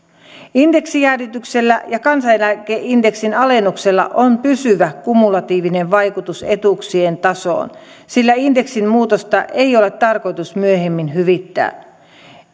indeksijäädytyksellä ja kansaneläkeindeksin alennuksella on pysyvä kumulatiivinen vaikutus etuuksien tasoon sillä indeksin muutosta ei ole tarkoitus myöhemmin hyvittää